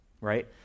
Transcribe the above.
right